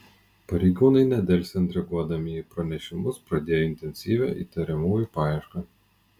pareigūnai nedelsiant reaguodami į pranešimus pradėjo intensyvią įtariamųjų paiešką